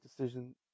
decision